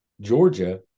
Georgia